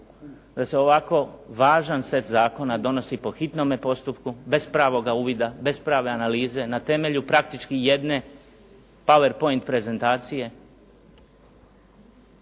da se ovako važan set zakona donosi po hitnome postupku bez pravoga uvida, bez prave analize na temelju praktički jedne powerpoint prezentacije